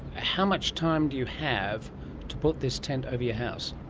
how much time do you have to put this tent over your house?